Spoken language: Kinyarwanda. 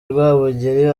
rwabugili